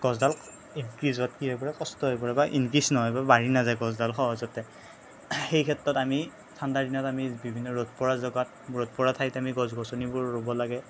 গছডাল ইনক্ৰিজ হোৱাত কি হৈ পৰে কষ্ট হৈ পৰে বা ইনক্ৰিজ নহয় বা বাঢ়ি নাযায় গছডাল সহজতে সেই ক্ষেত্ৰত আমি ঠাণ্ডাদিনত আমি বিভিন্ন ৰ'দ পৰা জেগাত ৰ'দ পৰা ঠাইত আমি গছ গছনিবোৰ ৰুব লাগে